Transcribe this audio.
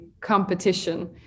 competition